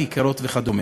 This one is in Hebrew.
כיכרות וכדומה,